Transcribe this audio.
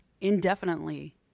indefinitely